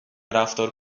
رفتار